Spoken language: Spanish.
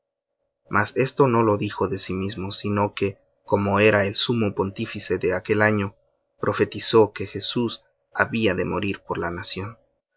mas esto no lo dijo de sí mismo sino que como era el sumo pontífice de aquel año profetizó que jesús había de morir por la nación